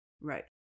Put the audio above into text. Right